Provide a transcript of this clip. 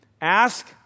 Ask